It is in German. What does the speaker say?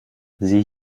sieh